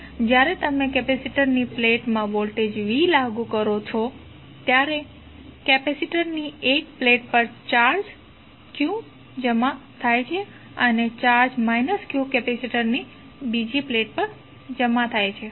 હવે જ્યારે તમે કેપેસિટરની પ્લેટમાં વોલ્ટેજ v લાગુ કરો છો ત્યારે કેપેસિટરની એક પ્લેટ પર ચાર્જ q જમા થાય છે અને ચાર્જ q કેપેસિટરની બીજી પ્લેટ પર જમા થાય છે